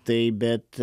tai bet